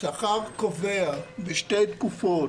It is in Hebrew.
שכר קובע בשתי תקופות,